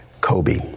Kobe